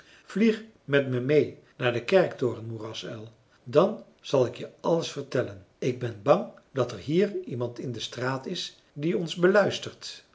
vlieg met me meê naar den kerktoren moerasuil dan zal ik je alles vertellen ik ben bang dat er hier iemand in de straat is die ons beluistert